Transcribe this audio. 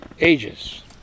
ages